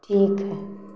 ठीक हइ